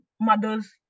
mothers